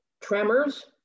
tremors